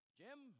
jim